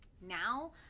now